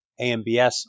AMBS